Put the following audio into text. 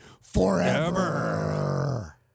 forever